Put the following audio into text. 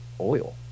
oil